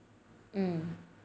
hmm